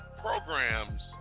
programs